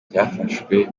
byafashwe